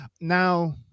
now